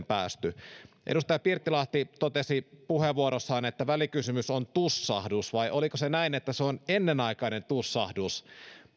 päästy edustaja pirttilahti totesi puheenvuorossaan että välikysymys on tussahdus vai oliko se näin että se on ennenaikainen tussahdus